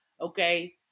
Okay